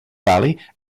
valley